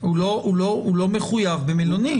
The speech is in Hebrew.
הוא לא מחויב במלונית.